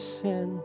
sin